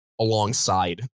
alongside